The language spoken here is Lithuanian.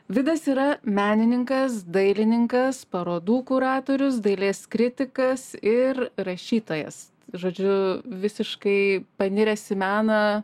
vidas yra menininkas dailininkas parodų kuratorius dailės kritikas ir rašytojas žodžiu visiškai paniręs į meną